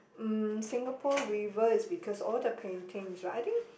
mm Singapore River is because all the paintings right I think